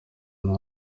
nta